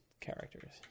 characters